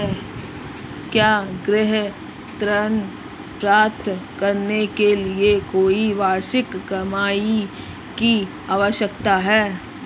क्या गृह ऋण प्राप्त करने के लिए कोई वार्षिक कमाई की आवश्यकता है?